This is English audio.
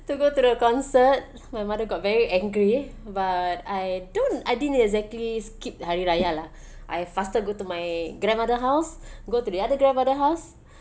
to go to the concert my mother got very angry but I don't I didn't exactly skipped hari raya lah I faster go to my grandmother house go to the other grandmother house